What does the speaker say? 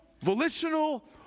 volitional